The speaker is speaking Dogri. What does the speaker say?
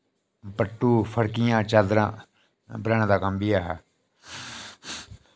पट्टू फड़कियां चादरां बनाने दा कम्म बी ऐ हा